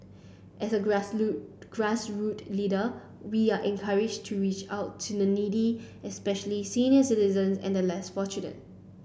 as a grassroot grassroot leader we are encouraged to reach out to the needy especially senior citizens and the less fortunate